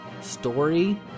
story